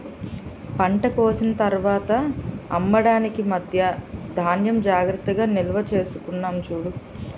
పంట కోసిన తర్వాత అమ్మడానికి మధ్యా ధాన్యం జాగ్రత్తగా నిల్వచేసుకున్నాం చూడు